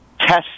test